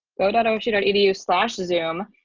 but don't you don't edu slash zoom,